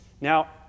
Now